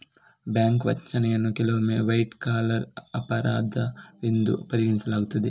bank ವಂಚನೆಯನ್ನು ಕೆಲವೊಮ್ಮೆ white collar ಅಪರಾಧವೆಂದು ಪರಿಗಣಿಸಲಾಗುತ್ತದೆ